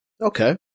Okay